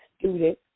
student